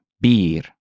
Beer